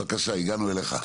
בבקשה, הגענו אליך.